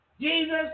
Jesus